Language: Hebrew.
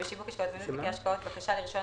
בשיווק השקעות ובניהול תיקי השקעות (בקשה לרישיון,